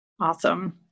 Awesome